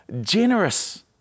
generous